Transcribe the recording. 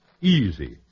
Easy